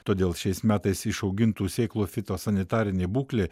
todėl šiais metais išaugintų sėklų fitosanitarinė būklė